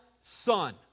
son